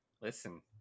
Listen